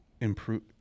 improve